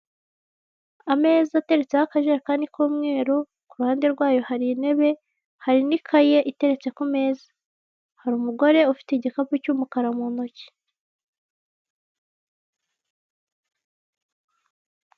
Ameza ateretseho akajerekani k'umweru, ku ruhande rwayo hari intebe, hari n'ikaye iteretse ku meza, hari umugore ufite igikapu cy'umukara mu ntoki.